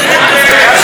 זה היה ריקלין בערוץ 20?